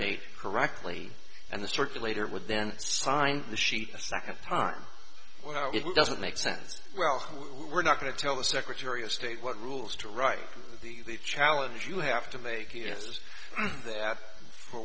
date correctly and the circulator would then sign the sheet the second time it doesn't make sense well we're not going to tell the secretary of state what rules to write the challenge you have to make a guess that for